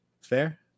Fair